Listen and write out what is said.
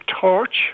torch